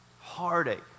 Heartache